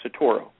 Satoro